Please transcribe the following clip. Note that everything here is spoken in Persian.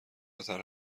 قطر